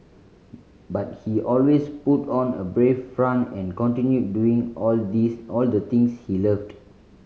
but he always put on a brave front and continued doing all these all the things he loved